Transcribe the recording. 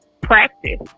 practice